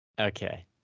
Okay